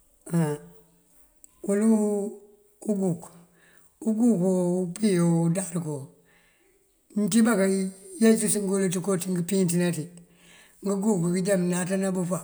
Wulu uguk, ugukoo, umpíwoo, undarëkoo mëcíba kayeeces ţënko ţí ngëëmpínţëna ţí. Ngëguk kënjá mëënaţana bëfá